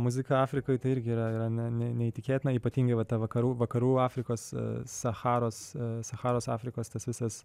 muzika afrikoj tai irgi yra yra ne ne neįtikėtina ypatingai va ta vakarų vakarų afrikos sacharos sacharos afrikos tas visas